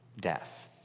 death